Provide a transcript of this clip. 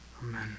Amen